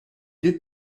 deux